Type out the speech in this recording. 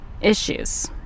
Issues